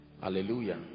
Hallelujah